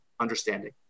Understanding